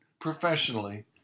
professionally